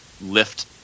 lift